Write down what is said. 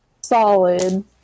Solid